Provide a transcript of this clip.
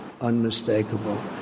unmistakable